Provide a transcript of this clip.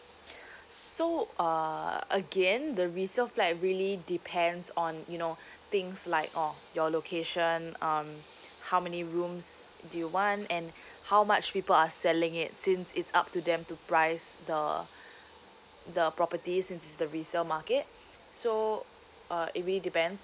so uh again the resale flat really depends on you know things like uh your location um how many rooms do you want and how much people are selling it since it's up to them to price the the properties in the resale market so uh it really depends